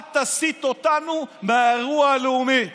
אל תסיט אותנו מהאירוע הלאומי.